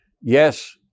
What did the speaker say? Yes